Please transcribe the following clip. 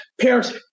parents